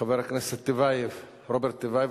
חבר הכנסת רוברט טיבייב,